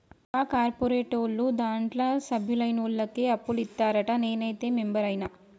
కా కార్పోరేటోళ్లు దాంట్ల సభ్యులైనోళ్లకే అప్పులిత్తరంట, నేనైతే మెంబరైన